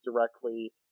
directly